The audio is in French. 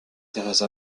thérèse